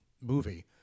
movie